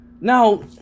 Now